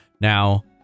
Now